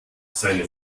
seine